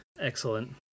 Excellent